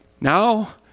Now